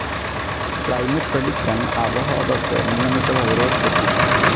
climate prediction আবহাওয়া দপ্তর নিয়মিত ভাবে রোজ করতিছে